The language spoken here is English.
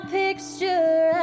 picture